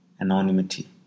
anonymity